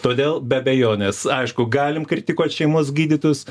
todėl be abejonės aišku galim kritikuot šeimos gydytojus